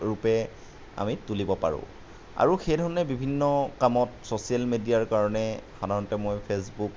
ৰূপে আমি তুলিব পাৰোঁ আৰু সেইধৰণে বিভিন্ন কামত চ'ছিয়েল মিডিয়াৰ কাৰণে সাধাৰণতে মই ফেচবুক